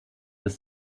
ist